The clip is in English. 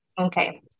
Okay